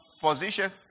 position